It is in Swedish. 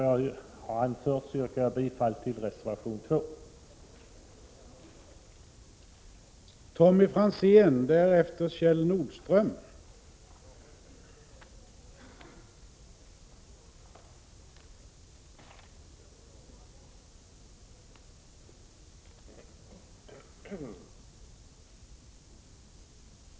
Frågan om matmomsen och matmomsens avskaffande är ingalunda någon ny fråga, vare sig här i riksdagen eller utanför detta parlamentariska centrum. Däremot är frågan om matmomsen en viktig fråga för människorna. Matmomsen har ju den funktionen att den slår väldigt orättvist, beroende på vilket inkomstskikt man tillhör. Man kan säga att den är regressiv.